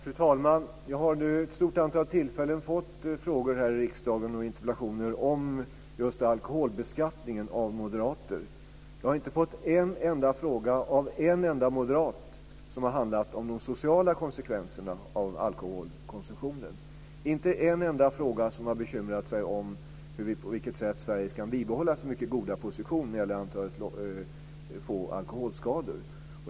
Fru talman! Jag har nu vid ett stort antal tillfällen fått frågor och interpellationer här i riksdagen om just alkoholbeskattningen från moderater. Jag har inte fått en enda fråga från en enda moderat som har handlat om de sociala konsekvenserna av alkoholkonsumtionen, inte en enda fråga där man bekymrat sig om på vilket sätt Sverige ska bibehålla sin mycket goda position när det gäller det låga antalet alkoholskador.